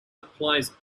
applies